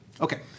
Okay